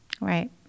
Right